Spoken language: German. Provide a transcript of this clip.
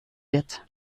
wird